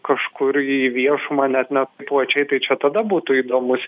kažkur į viešumą net ne plačiai tai čia tada būtų įdomus